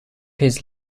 his